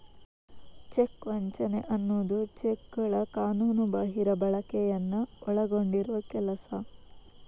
check ವಂಚನೆ ಅನ್ನುದು ಚೆಕ್ಗಳ ಕಾನೂನುಬಾಹಿರ ಬಳಕೆಯನ್ನ ಒಳಗೊಂಡಿರುವ ಕೆಲಸ